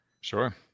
Sure